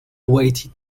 waited